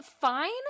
Fine